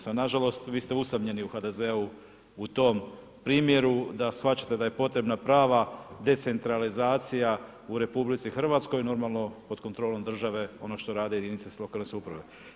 Sada, nažalost, vi ste usamljeni u HDZ-u u tom primjeru, da shvaćate da je potrebna prava decentralizacija u RH, normalno, pod kontrolom države, ono što rade jedinice lokalne samouprave.